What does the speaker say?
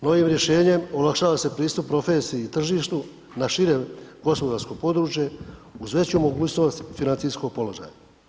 No, ovim rješenjem olakšava se pristup profesiji i tržištu na širem gospodarskom području uz veću mogućnost financijskog položaja.